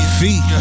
feet